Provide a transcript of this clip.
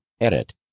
Edit